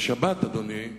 אדוני,